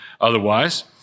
otherwise